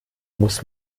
muss